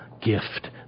gift